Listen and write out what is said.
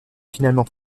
finalement